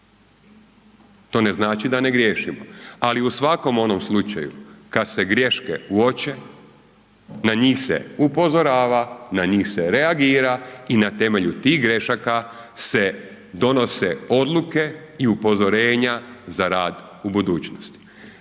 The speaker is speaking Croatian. To ne znači da ne griješimo ali u svakom onom slučaju kad se greške uopće, na njih se upozorava, na njih se reagira i na temelju tih grešaka se donose odluke i upozorenja za rad u budućnosti.